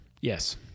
Yes